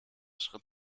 schritt